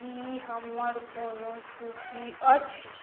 की हमर कोनो सूची अछि